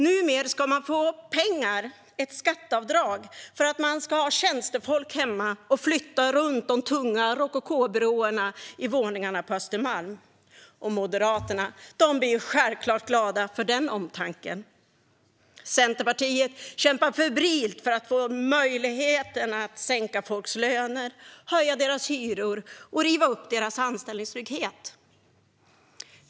Numera ska man få pengar, ett skatteavdrag, för att ha tjänstefolk hemma som flyttar runt de tunga rokokobyråarna i våningarna på Östermalm. Och Moderaterna blir självklart glada för den omtanken. Centerpartiet kämpar febrilt för att få möjligheten att sänka folks löner, höja deras hyror och riva upp deras anställningstrygghet.